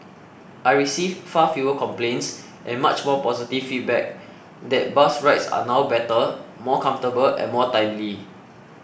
I receive far fewer complaints and much more positive feedback that bus rides are now better more comfortable and more timely